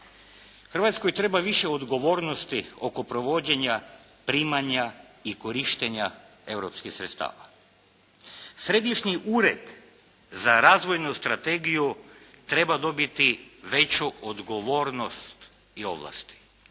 Hrvatskoj treba više odgovornosti oko provođenja primanja i korištenja europskih sredstava. Središnji ured za razvojnu strategiju treba dobiti veću odgovornost i ovlasti.